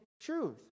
truth